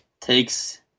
takes